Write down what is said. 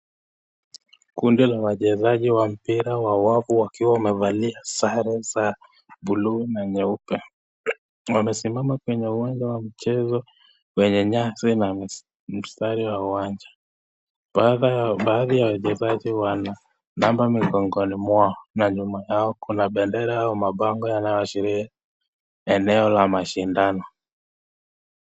Kundi la wachezaji wa mpira wa watu wakiwa wamevalia sare za buluu na nyeupe. Wamesimama kwenye uwanja wa mchezo wenye nyasi na mstari wa uwanja. Baadhi ya wachezaji wana namba migogoni mwao na nyuma yao kuna bendera na mabango yanayoashiria eneo la mashindano.